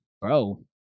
Bro